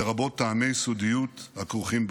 לרבות טעמי סודיות הכרוכים בהם.